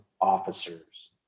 officers